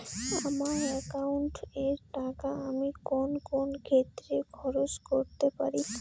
আমার একাউন্ট এর টাকা আমি কোন কোন ক্ষেত্রে খরচ করতে পারি?